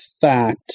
fact